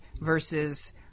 versus